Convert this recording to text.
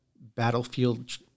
Battlefield